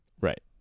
Right